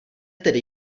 tedy